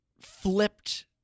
flipped